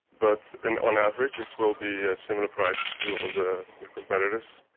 but and on average it will be a similar price to all the competitors.